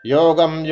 Yogam